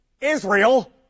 Israel